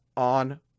on